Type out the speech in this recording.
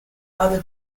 other